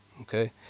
Okay